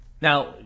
Now